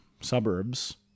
suburbs